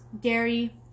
Gary